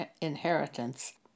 inheritance